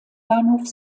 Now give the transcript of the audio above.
bahnhof